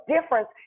difference